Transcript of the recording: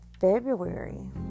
February